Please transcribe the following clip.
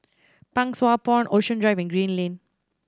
Pang Sua Pond Ocean Drive and Green Lane